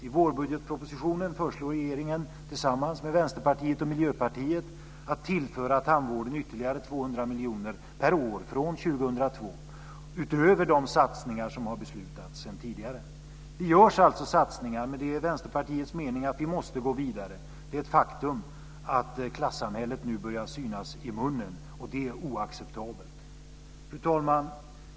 I vårbudgetpropositionen föreslår regeringen tillsammans med Vänsterpartiet och Miljöpartiet att tillföra tandvården ytterligare 200 miljoner per år från 2002 utöver de satsningar som har beslutats sedan tidigare. Det görs alltså satsningar, men det är Vänsterpartiets mening att vi måste gå vidare. Det är ett faktum att klassamhället nu börjar synas i munnen, och det är oacceptabelt. Fru talman!